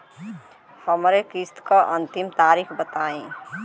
हमरे किस्त क अंतिम तारीख बताईं?